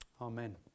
Amen